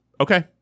Okay